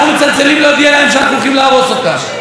אנחנו מצלצלים להודיע להם שאנחנו הולכים להרוס אותה.